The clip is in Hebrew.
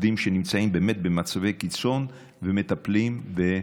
ובמצבי הקיצון שאיתם הם מתמודדים במהלך